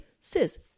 sis